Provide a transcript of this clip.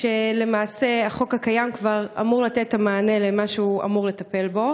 כשלמעשה החוק הקיים כבר אמור לתת מענה למה שהוא אמור לטפל בו?